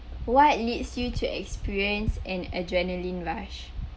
what leads you to experience an adrenaline rush